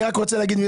אתה יודע למה